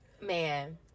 Man